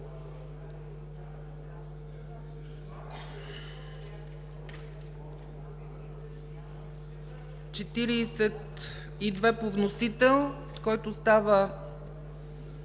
42 по вносител, който става